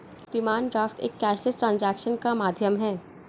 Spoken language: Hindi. डिमांड ड्राफ्ट एक कैशलेस ट्रांजेक्शन का एक माध्यम है